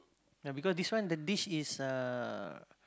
ya because this one the dish a